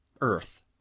Earth